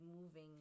moving